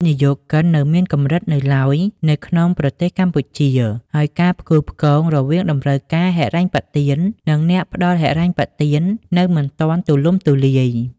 និយោគិននៅមានកម្រិតនៅឡើយនៅក្នុងប្រទេសកម្ពុជា ហើយការផ្គូផ្គងរវាងតម្រូវការហិរញ្ញប្បទាន និងអ្នកផ្តល់ហិរញ្ញប្បទាននៅមិនទាន់ទូលំទូលាយ ។